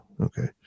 Okay